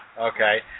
okay